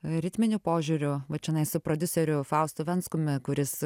ritminiu požiūriu va čionai su prodiuseriu faustu venckumi kuris